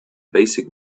basic